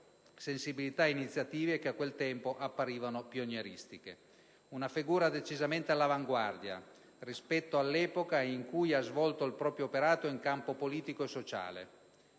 sensibilità e iniziative che a quel tempo apparivano pionieristiche. Una figura decisamente all'avanguardia rispetto all'epoca in cui ha svolto il proprio operato in campo politico e sociale.